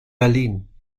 berlin